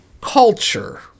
culture